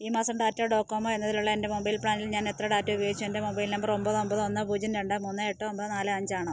ഈ മാസം ടാറ്റ ഡോകോമോ എന്നതിലുള്ള എൻ്റെ മൊബൈൽ പ്ലാനിൽ ഞാനെത്ര ഡാറ്റ ഉപയോഗിച്ചു എൻ്റെ മൊബൈൽ നമ്പർ ഒമ്പത് ഒമ്പത് ഒന്ന് പൂജ്യം രണ്ട് മൂന്ന് എട്ട് ഒമ്പത് നാല് അഞ്ചാണ്